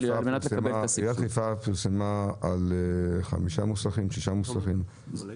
אבל על מנת לקבל את הסבסוד --- אני ראיתי